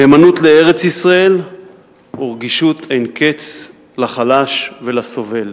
נאמנות לארץ-ישראל ורגישות אין קץ לחלש ולסובל.